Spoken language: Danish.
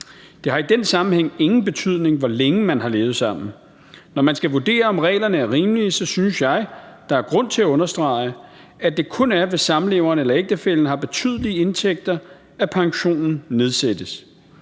Det har i den sammenhæng ingen betydning, hvor længe man har levet sammen. Når man skal vurdere, om reglerne er rimelige, synes jeg, der er grund til at understrege, at det kun er, hvis samleveren eller ægtefællen har betydelige indtægter, at pensionen nedsættes.